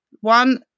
One